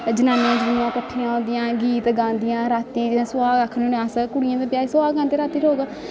जनानियां जनुनियां कट्ठियां होंदियां गीत गांदियां रातीं सुहाग आखने होन्ने अस कुड़ियें दे ब्याह च सुहाग गांदे रातीं लोक